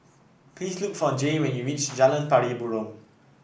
please look for Jay when you reach Jalan Pari Burong